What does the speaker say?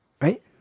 Right